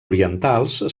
orientals